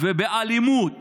ובאלימות